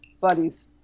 buddies